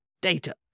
data